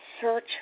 search